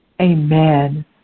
Amen